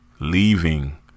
Leaving